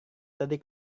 tadi